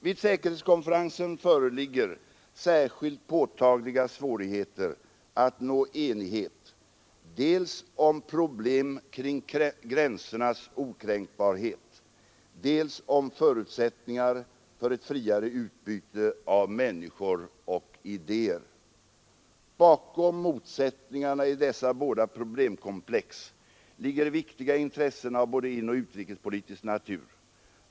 Vid säkerhetskonferensen föreligger särskilt påtagliga svårigheter att nå enighet dels om problem kring gränsernas okränkbarhet, dels om förutsättningar för ett friare utbyte av människor och idéer. Bakom motsättningarna i dessa båda problemkomplex ligger viktiga intressen av både inoch utrikespolitisk natur.